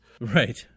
Right